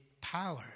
power